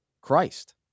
Christ